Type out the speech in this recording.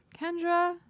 Kendra